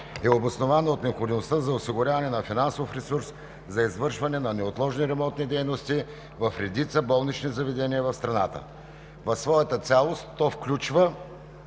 е обосновано от необходимостта за осигуряване на финансов ресурс за извършване на неотложни ремонтни дейности в редица болнични заведения в страната. В своята цялост то включва